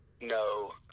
No